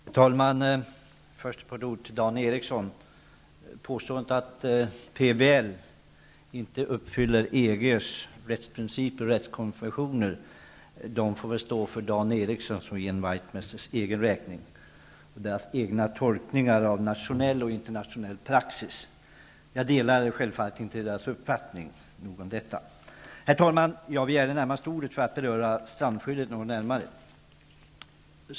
Herr talman! Först ett par ord till Dan Eriksson. Påståendet att PBL inte uppfyller EG:s rättsprinciper och rättskonventioner får stå för Dan Erikssons och Ian Wachtmeisters egen räkning liksom deras egna tolkningar av nationell och internationell praxis. Jag delar självfallet inte deras uppfattning. Herr talman! Jag begärde närmast ordet för att beröra strandskyddet något närmare.